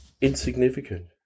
insignificant